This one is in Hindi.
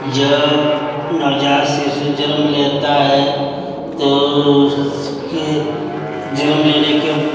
जब नवजात शिशु जन्म लेता है तो उसके जन्म लेने के